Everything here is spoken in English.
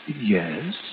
Yes